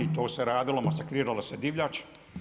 I to se radilo, masakriralo se divljač.